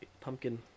pumpkin